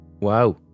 Wow